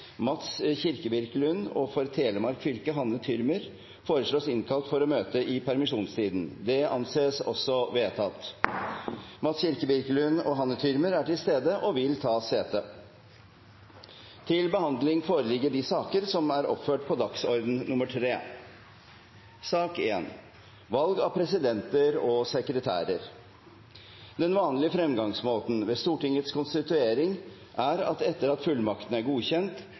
Mats Kirkebirkeland og for Telemark fylke Hanne Thürmer, innkalles for å møte i permisjonstiden. Mats Kirkebirkeland og Hanne Thürmer er til stede og vil ta sete. Den vanlige fremgangsmåten ved Stortingets konstituering er at etter at fullmaktene er godkjent,